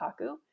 Kaku